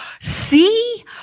See